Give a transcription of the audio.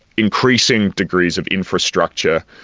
increasing degrees of infrastructure,